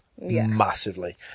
Massively